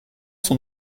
sont